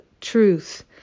truth